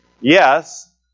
Yes